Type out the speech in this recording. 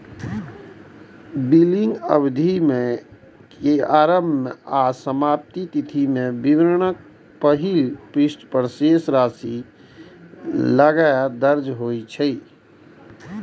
billing अवधि के आरंभ आ समाप्ति तिथि विवरणक पहिल पृष्ठ पर शेष राशि लग दर्ज होइ छै